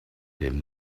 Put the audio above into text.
him